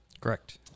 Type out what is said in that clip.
Correct